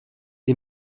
est